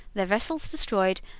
their vessels destroyed,